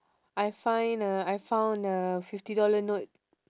I find a I found a fifty dollar note